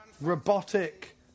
robotic